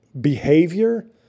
behavior